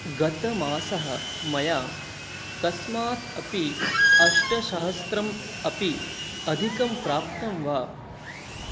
गतमासे मया कस्मात् अपि अष्टसहस्रम् अपि अधिकं प्राप्तं वा